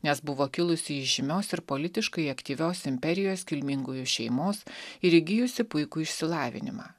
nes buvo kilusi iš žymios ir politiškai aktyvios imperijos kilmingųjų šeimos ir įgijusi puikų išsilavinimą